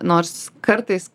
nors kartais